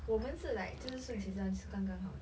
我们是 like 就是顺其自然是刚刚好